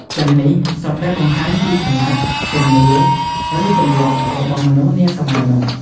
ទាំងនេះសុទ្ធតែបង្ហាញពីឋានៈ ជំនឿ ឬទម្លាប់របស់មនុស្សនាសម័យនោះ ។